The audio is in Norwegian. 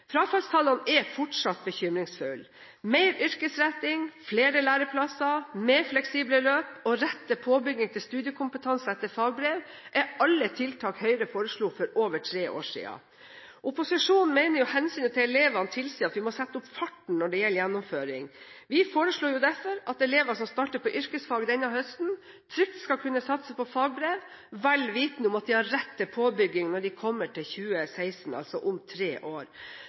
Frafallstallene er fortsatt bekymringsfulle. Mer yrkesretting, flere læreplasser, mer fleksible løp og rett til påbygging til studiekompetanse etter fagbrev er alle tiltak Høyre foreslo for over tre år siden. Opposisjonen mener at hensynet til elevene tilsier at vi må sette opp farten når det gjelder gjennomføring. Vi foreslår derfor at elever som starter på yrkesfag denne høsten, trygt skal kunne satse på fagbrev, vel vitende om at de har rett til påbygging når de kommer til 2016, altså om tre år.